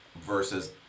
versus